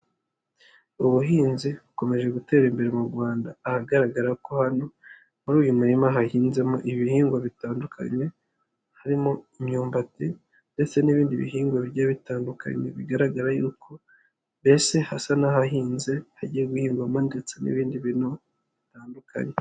Ubuhinzi bukomeje gutera imbere mu Rwanda ahagaragara ko hano muri uyu murima hahinzemo ibihingwa bitandukanye, harimo imyumbati ndetse n'ibindi bihingwa bigiye bitandukanye bigaragara y'uko mbese hasa n'ahahinze hagiye guhingwamo ndetse n'ibindi bintu bitandukanye.